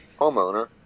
homeowner